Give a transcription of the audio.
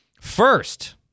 First